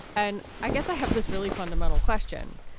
and i guess i have this really fundamental question.